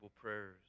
prayers